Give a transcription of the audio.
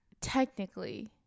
technically